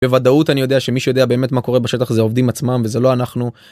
בוודאות אני יודע, שמי שיודע באמת מה קורה בשטח זה העובדים עצמם, וזה לא אנחנו.